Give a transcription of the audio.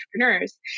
entrepreneurs